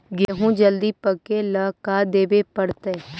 गेहूं जल्दी पके ल का देबे पड़तै?